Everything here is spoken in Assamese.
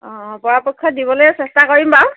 অঁ পৰাপক্ষত দিবলে চেষ্টা কৰিম বাৰু